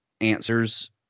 answers